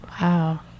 Wow